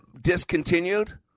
discontinued